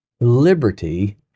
liberty